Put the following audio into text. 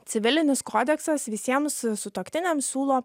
civilinis kodeksas visiems sutuoktiniams siūlo